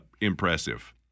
impressive